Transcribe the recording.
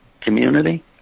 community